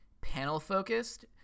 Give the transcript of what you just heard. panel-focused